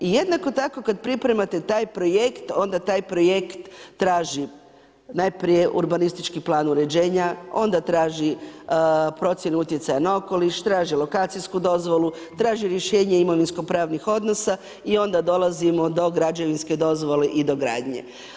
I jednako tako kad pripremate taj projekt onda taj projekt traži najprije urbanistički plan uređenja, onda traži procjenu utjecaja na okoliš, traži lokacijsku dozvolu, traži rješenje imovinsko pravnih odnosa i onda dolazimo do građevinske dozvole i do gradnje.